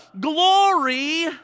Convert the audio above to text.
glory